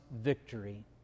victory